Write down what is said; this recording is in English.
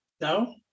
no